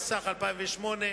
התשס"ח-2008,